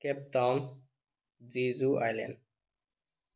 cab Town Jeju island